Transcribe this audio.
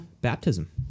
baptism